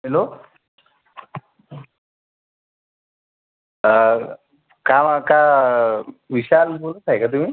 yellow काम आ का विशाल बोलत आहे का तुम्ही